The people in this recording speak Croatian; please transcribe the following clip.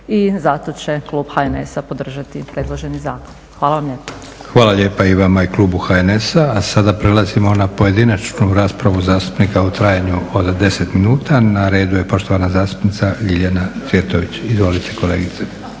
i zato će klub HNS-a podržati preloženi zakon. Hvala vam lijepa. **Leko, Josip (SDP)** Hvala lijepa i vama i klub HNS-a. A sada prelazimo na pojedinačnu raspravu zastupnika u trajanju od 10 minuta. Na redu je poštovana zastupnica Ljiljan Cvjetović. Izvolite kolegice.